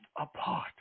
apart